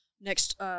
next